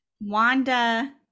Wanda